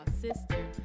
sister